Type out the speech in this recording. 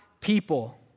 people